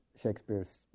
Shakespeare's